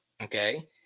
Okay